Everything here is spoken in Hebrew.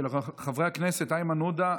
של חברי הכנסת איימן עודה,